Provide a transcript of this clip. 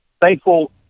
thankful